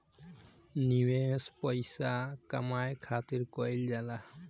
निवेश पइसा कमाए खातिर कइल जाला